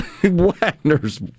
Wagner's